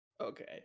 Okay